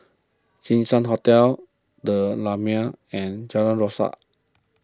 Jinshan Hotel the Lumiere and Jalan Rasok